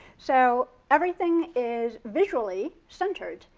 so everything is visually centered.